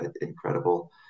incredible